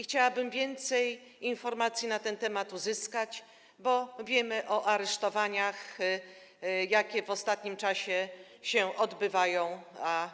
Chciałabym więcej informacji na ten temat uzyskać, bo wiemy o aresztowaniach, jakie w ostatnim czasie się odbywają.